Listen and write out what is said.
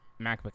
macbook